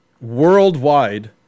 worldwide